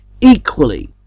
equally